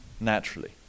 naturally